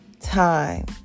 time